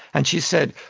and she said,